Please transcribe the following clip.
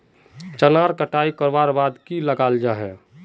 चनार कटाई करवार बाद की लगा जाहा जाहा?